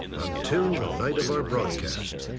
until the night of our broadcast.